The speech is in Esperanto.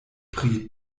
pri